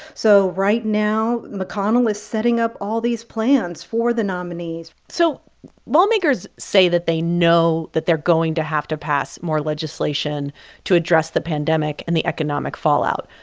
so right now mcconnell is setting up all these plans for the nominees so lawmakers say that they know that they're going to have to pass more legislation to address the pandemic and the economic fallout,